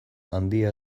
handia